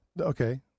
Okay